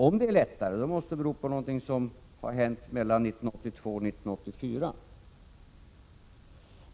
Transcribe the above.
Om det är lättare måste det bero på något som hände mellan 1982 och 1984.